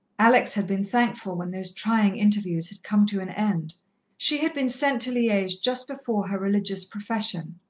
alex had been thankful when those trying interviews had come to an end she had been sent to liege just before her religious profession.